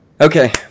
Okay